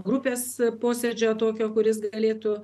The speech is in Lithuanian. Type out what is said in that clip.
grupės posėdžio tokio kuris galėtų